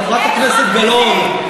חברת הכנסת גלאון,